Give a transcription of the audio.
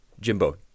Jimbo